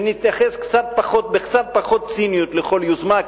ונתייחס בקצת פחות ציניות לכל יוזמה,